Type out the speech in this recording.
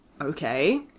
okay